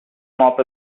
mop